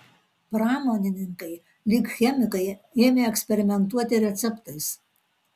pramonininkai lyg chemikai ėmė eksperimentuoti receptais